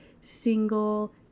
single